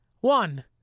One